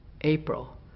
April